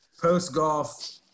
post-golf